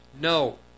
No